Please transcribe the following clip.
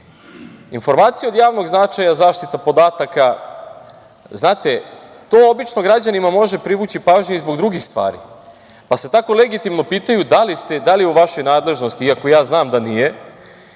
znači. Informacije od javnog značaja, zaštita podataka, znate to obično građanima može privući pažnju i zbog drugih stvari, pa se tako legitimno pitaju da li ste, da li je u vašoj nadležnosti iako znam da nije